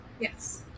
yes